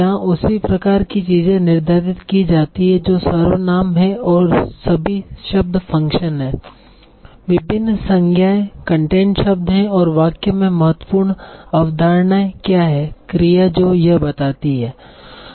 जहां उसी प्रकार की चिजे निर्धारित कि जाती है जो सर्वनाम हैं और सभी शब्द फ़ंक्शन हैं विभिन्न संज्ञाएं कंटेंट शब्द हैं और वाक्य में महत्वपूर्ण अवधारणाएँ क्या हैं क्रिया जो यह बताती है